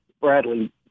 Bradley